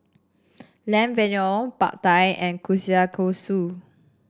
Lamb Vindaloo Pad Thai and Kushikatsu